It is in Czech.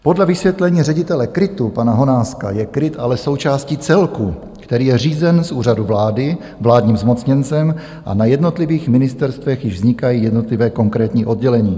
Podle vysvětlení ředitele KRIT pana Honáska je KRIT ale součástí celku, který je řízen z úřadu vlády vládním zmocněncem, a na jednotlivých ministerstvech již vznikají jednotlivá konkrétní oddělení.